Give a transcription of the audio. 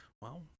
Wow